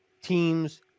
teams